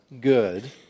good